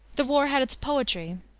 the war had its poetry,